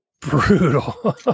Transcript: brutal